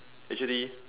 actually